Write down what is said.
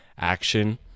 action